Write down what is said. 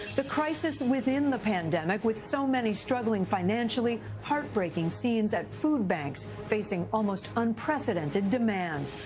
the crisis within the pandemic. with so many struggling financially, heartbreaking scenes at food banks facing almost unprecedented demand.